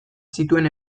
zituen